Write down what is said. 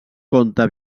conte